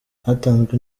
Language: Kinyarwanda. hatanzwe